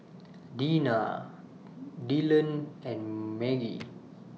Deana Dylon and Margie